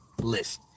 list